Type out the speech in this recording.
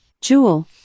Jewel